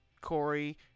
Corey